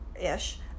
ish